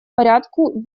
порядку